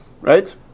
right